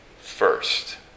first